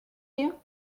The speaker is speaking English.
you